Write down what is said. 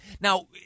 Now